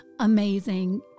amazing